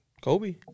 Kobe